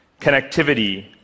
Connectivity